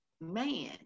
man